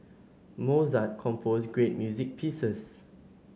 Mozart composed great music pieces